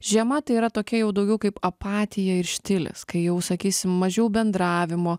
žiema tai yra tokia jau daugiau kaip apatija ir štilis kai jau sakysim mažiau bendravimo